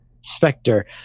Spectre